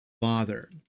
father